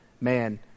man